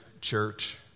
church